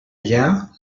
allà